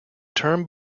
term